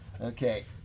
Okay